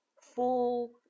full